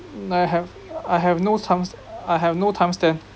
I have I have no time I have no timestamp